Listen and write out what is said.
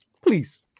Please